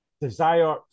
desire